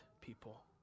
people